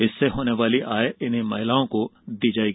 इससे होने वाली आय इन्हीं महिलाओं को दी जाएगी